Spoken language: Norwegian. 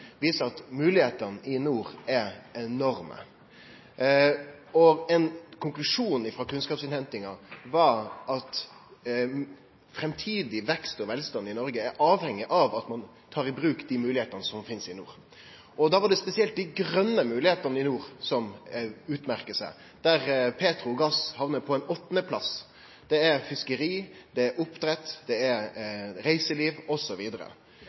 viser at moglegheitene i nord er enorme. Ein konklusjon frå kunnskapsinnhentinga var at framtidig vekst og velstand i Noreg er avhengig av at ein tar i bruk dei moglegheitene som finst i nord. Da var det spesielt dei grøne moglegheitene i nord som utmerkte seg, der petroleum og gass hamnar på ein åttandeplass. Det er fiskeri, det er oppdrett, det er reiseliv,